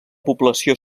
població